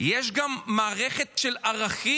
יש גם מערכת של ערכים